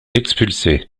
expulsée